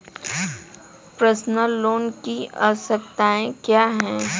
Personal loan की आवश्यकताएं क्या हैं?